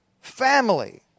family